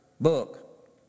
book